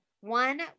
one